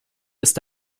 ist